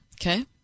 Okay